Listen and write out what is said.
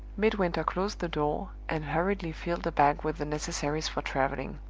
midwinter closed the door, and hurriedly filled a bag with the necessaries for traveling.